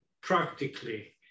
practically